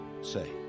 say